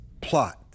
plot